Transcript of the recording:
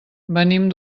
venim